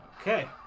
Okay